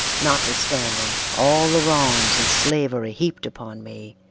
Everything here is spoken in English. notwithstanding all the wrongs that slavery heaped upon me,